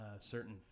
certain